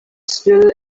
still